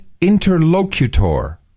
interlocutor